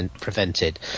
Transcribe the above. prevented